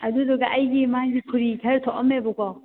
ꯑꯗꯨꯗꯨꯒ ꯑꯩꯒꯤ ꯃꯥꯏꯁꯦ ꯐꯨꯔꯤ ꯈꯔ ꯊꯣꯛꯑꯝꯃꯦꯕꯀꯣ